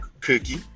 cookie